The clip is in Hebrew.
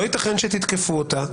לא ייתכן שתתקפו אותה,